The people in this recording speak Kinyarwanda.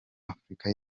afurika